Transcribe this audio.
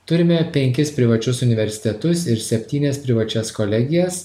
turime penkis privačius universitetus ir septynias privačias kolegijas